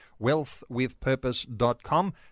wealthwithpurpose.com